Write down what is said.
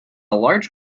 large